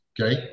okay